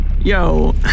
Yo